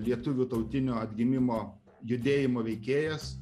lietuvių tautinio atgimimo judėjimo veikėjas